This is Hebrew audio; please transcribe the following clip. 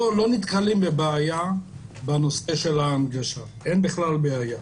לא נתקלים בבעיה בנושא ההנגשה, אין בכלל בעיה.